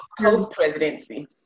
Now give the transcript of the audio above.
Post-presidency